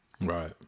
Right